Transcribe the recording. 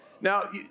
Now